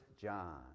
John